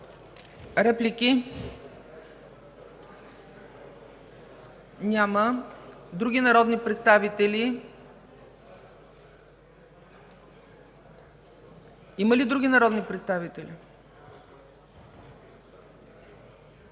Реплики? Няма. Други народни представители? Има ли други народни представители?